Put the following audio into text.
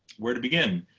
where to begin?